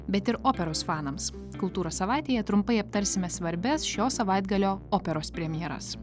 bet ir operos fanams kultūros savaitėje trumpai aptarsime svarbias šio savaitgalio operos premjeras